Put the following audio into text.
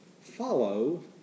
follow